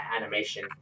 animation